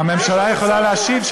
הממשלה יכולה להשיב?